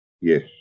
yes